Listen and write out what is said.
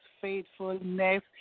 faithfulness